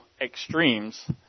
extremes